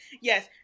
Yes